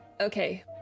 okay